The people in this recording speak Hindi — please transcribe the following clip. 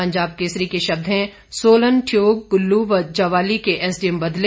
पंजाब केसरी के शब्द हैं सोलन ठियोग कुल्लू व ज्वाली के एसडीएम बदले